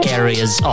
areas